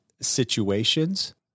situations